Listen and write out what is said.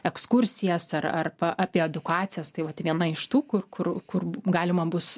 ekskursijas ar arba apie edukacijas tai vat viena iš tų kur kur kur galima bus